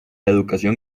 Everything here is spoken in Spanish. educación